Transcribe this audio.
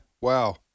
Wow